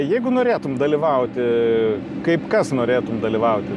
jeigu norėtum dalyvauti kaip kas norėtum dalyvauti